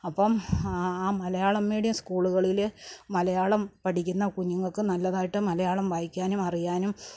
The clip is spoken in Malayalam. അപ്പം ആ മലയാളം മീഡിയം സ്കൂളുകളിൽ മലയാളം പഠിക്കുന്ന കുഞ്ഞുങ്ങൾക്ക് നല്ലതായിട്ട് മലയാളം വായിക്കാനും അറിയാനും